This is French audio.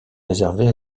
réservées